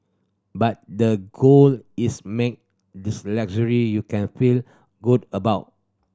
but the goal is make this luxury you can feel good about